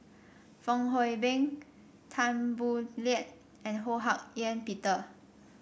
Fong Hoe Beng Tan Boo Liat and Ho Hak Ean Peter